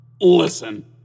listen